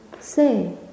say